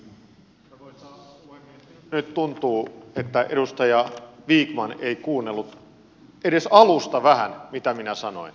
minusta nyt tuntuu että edustaja vikman ei kuunnellut edes alusta vähän mitä minä sanoin